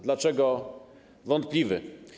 Dlaczego wątpliwy?